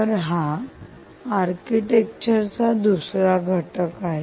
तर हा आर्किटेक्चर चा दुसरा घटक आहे